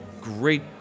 great